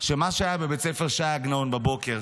שמה שהיה בבית ספר ש"י עגנון בבוקר